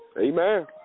amen